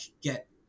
get